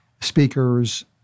speakers